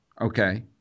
Okay